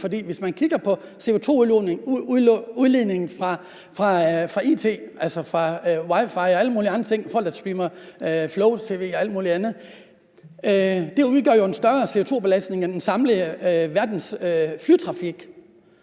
For hvis man kigger på CO2-udledningen fra it, altså fra wi-fi og folk, der streamer tv, og alt muligt andet, udgør det jo en større CO2-belastning end den samlede verdens flytrafik,